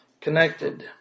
connected